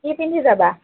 কি পিন্ধি যাবা